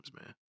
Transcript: man